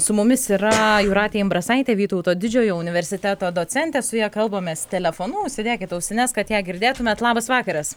su mumis yra jūratė imbrasaitė vytauto didžiojo universiteto docentė su ja kalbamės telefonu užsidėkit ausines kad ją girdėtumėt labas vakaras